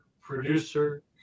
producer